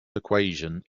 equation